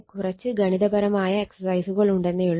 കുറച്ച് ഗണിതപരമായ എക്സസൈസുകൾ ഉണ്ടെന്നേ ഒള്ളു